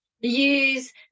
use